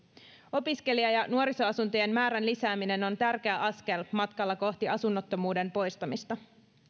opiskelija ja nuorisoasuntojen määrän lisääminen on tärkeä askel matkalla kohti asunnottomuuden poistamista